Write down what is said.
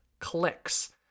clicks